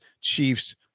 Chiefs